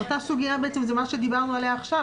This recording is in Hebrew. אותה סוגיה בעצם זה מה שדיברנו עליה עכשיו,